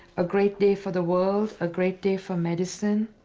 a great day for the world, a great day for medicine.